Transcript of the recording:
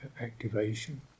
activation